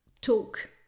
talk